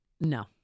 No